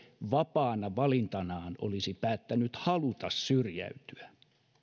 vapaana valintanaan olisi päättänyt haluta syrjäytyä